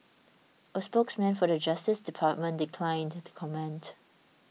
a spokesman for the Justice Department declined to comment